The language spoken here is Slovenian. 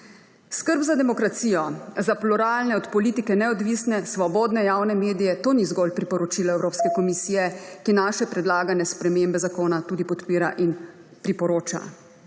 Skrb za demokracijo, za pluralne, od politike neodvisne, svobodne javne medije, to ni zgolj priporočilo Evropske komisije, ki naše predlagane spremembe zakona tudi podpira in priporoča.